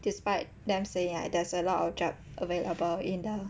despite them saying like there's a lot of job available in the